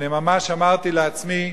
אני ממש אמרתי לעצמי,